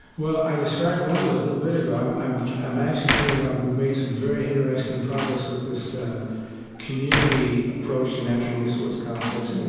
well, i described one of those a little bit ago. i'm i'm actually feeling like we've made some very interesting progress with this community approach to natural resource conflicts, yeah,